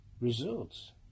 results